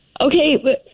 Okay